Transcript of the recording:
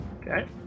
Okay